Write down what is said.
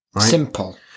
Simple